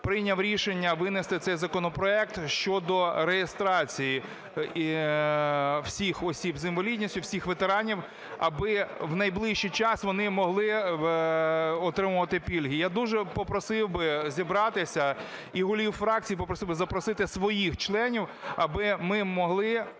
прийняв рішення винести цей законопроект щодо реєстрації всіх осіб з інвалідністю, всіх ветеранів, аби в найближчий час вони могли отримувати пільги. Я дуже попросив би зібратися і голів фракцій попросив би запросити своїх членів, аби ми могли